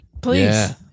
Please